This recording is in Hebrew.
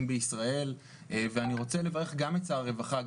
בישראל ואני רוצה לברך גם את שר הרווחה,